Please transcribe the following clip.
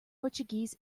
portuguese